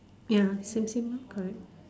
ya same same lor correct